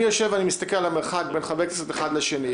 אני יושב ואני מסתכל על המרחק בין חבר כנסת אחד לשני,